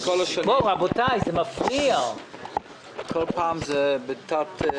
שכל השנים כל פעם זה בתת-תקציב.